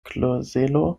klozelo